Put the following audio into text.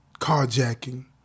carjacking